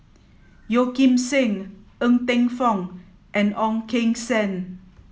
Yeo Kim Seng Ng Teng Fong and Ong Keng Sen